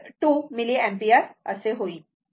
2 milliampere होईल